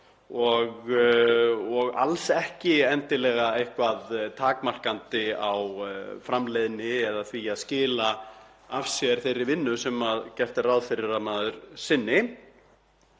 og alls ekki endilega eitthvað takmarkandi á framleiðni eða því að skila af sér þeirri vinnu sem gert er ráð fyrir að maður sinni.